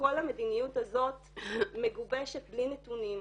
שכל המדיניות הזאת מגובשת בלי נתונים,